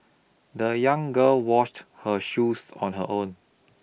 the young girl washed her shoes on her own